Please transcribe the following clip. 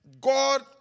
God